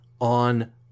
on